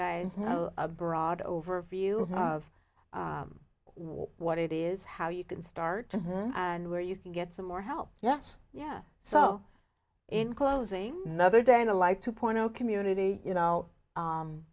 guys know a broad overview of what it is how you can start and where you can get some more help yes yeah so in closing another day and a like two point zero community you know